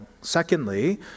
Secondly